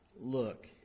look